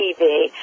TV